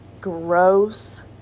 Gross